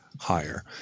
higher